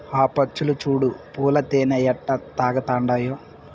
ఆ పచ్చులు చూడు పూల తేనె ఎట్టా తాగతండాయో